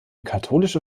katholische